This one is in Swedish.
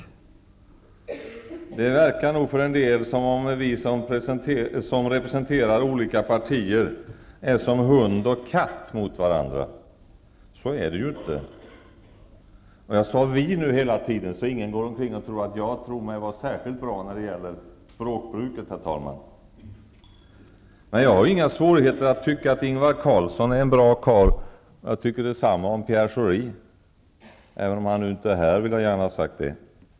En del verkar tro att vi som representerar olika partier är som hund och katt mot varandra. Så är det ju inte. Jag har hela tiden sagt ''vi'' för att ingen skall gå omkring och tänka att jag tror mig vara särskilt bra när det gäller språkbruket. Jag har inga svårigheter att tycka att Ingvar Carlsson är en bra karl. Detsamma gäller Pierre Schori. Även om han inte är här just nu vill jag gärna ha det sagt.